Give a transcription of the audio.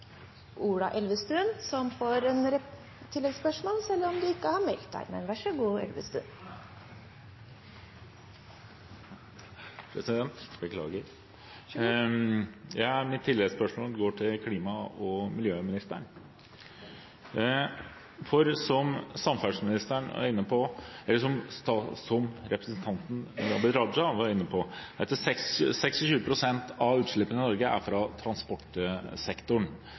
Ola Elvestuen. Mitt tilleggsspørsmål går til klima- og miljøministeren. Som representanten Abid Q. Raja var inne på, er 26 pst. av utslippene i Norge fra transportsektoren,